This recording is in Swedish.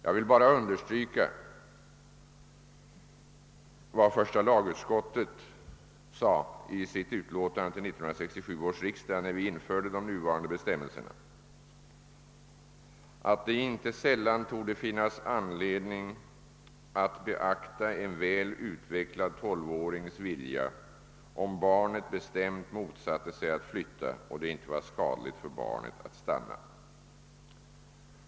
Jag vill bara understryka vad första lagutskottet skrev i sitt utlåtande till 1967 års riksdag, när vi införde de bestämmelser som nu gäller. Utskottet skrev då att det inte sällan torde finnas anledning att beakta en väl utvecklad 12-årings vilja, om barnet bestämt motsatte sig att flytta och det inte var skadligt för barnet att stanna.